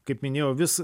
kaip minėjau vis